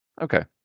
Okay